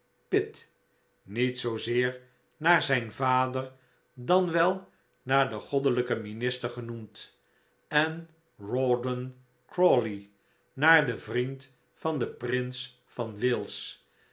pitt niet zoo zeer naar zijn vader dan wel naar den goddelijken minister genoemd en rawdon crawley naar den vriend van den prins van wales